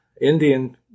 Indian